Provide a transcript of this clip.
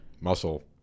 muscle